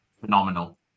phenomenal